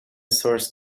source